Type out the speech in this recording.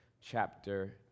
chapter